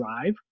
drive